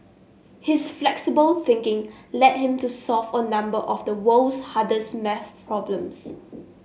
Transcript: his flexible thinking led him to solve a number of the world's hardest maths problems